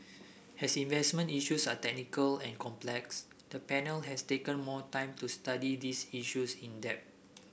as investment issues are technical and complex the panel has taken more time to study this issues in depth